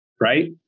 right